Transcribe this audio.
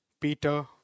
Peter